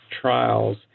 trials